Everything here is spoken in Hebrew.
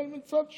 אבל מצד שני,